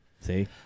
See